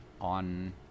on